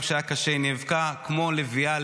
גם כשהיה קשה היא נאבקה כמו לביאה.